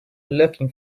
lurking